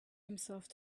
himself